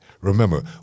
Remember